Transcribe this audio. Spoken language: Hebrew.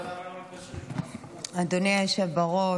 אדוני היושב-בראש,